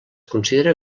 considera